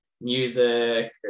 music